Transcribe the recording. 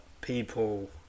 people